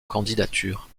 candidature